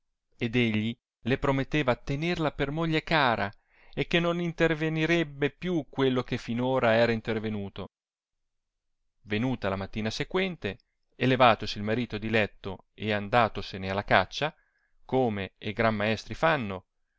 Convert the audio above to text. ed egli le prometteva tenerla per moglie cara e che non intervenirebbe più quello che fin ora era intervenuto venuta la mattina sequente e levatosi il marito di letto e andatosene alla caccia come e gran maestri fanno